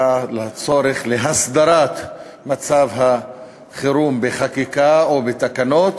לצורך בהסדרת מצב החירום בחקיקה או בתקנות,